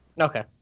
Okay